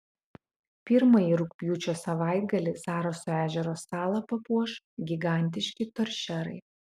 pirmąjį rugpjūčio savaitgalį zaraso ežero salą papuoš gigantiški toršerai